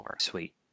Sweet